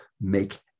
make